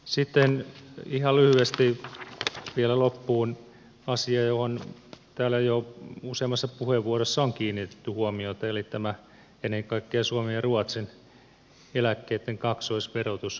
sitten ihan lyhyesti vielä loppuun asia johon täällä jo useammassa puheenvuorossa on kiinnitetty huomiota eli tämä ennen kaikkea suomen ja ruotsin eläkkeitten kaksoisverotus